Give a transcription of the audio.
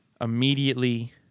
immediately